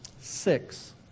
six